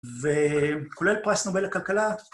וכולל פרס נובל לכלכלה.